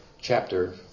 chapter